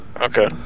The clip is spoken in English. okay